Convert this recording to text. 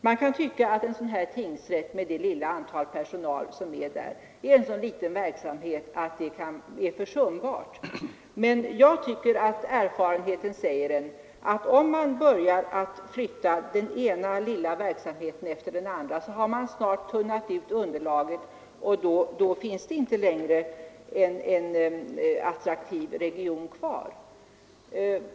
Man kan tycka att en tingsrätt med så få anställda är en så liten verksamhet att den är försumbar, men erfarenheten säger att om man börjar flytta den ena lilla verksamheten efter den andra har man snart tunnat ut underlaget, och då finns det inte längre en attraktiv region kvar.